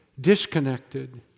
disconnected